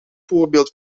voorbeeld